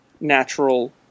natural